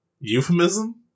Euphemism